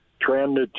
trend